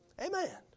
Amen